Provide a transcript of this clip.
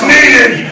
Needed